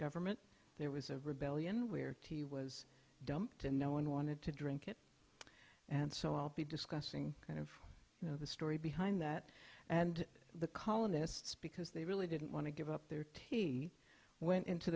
government there was a rebellion where tea was dumped and no one wanted to drink it and so i'll be discussing and you know the story behind that and the colonists because they really didn't want to give up their tea went into